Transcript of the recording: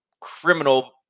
criminal –